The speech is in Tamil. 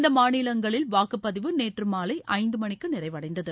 இந்த மாநிலங்களில் வாக்குப்பதிவு நேற்று மாலை ஐந்து மணிக்கு நிறைவடைந்தது